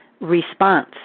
response